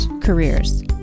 careers